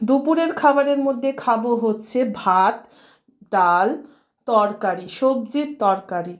দুপুরের খাবারের মধ্যে খাবো হচ্ছে ভাত ডাল তরকারি সবজির তরকারি